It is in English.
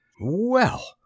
Well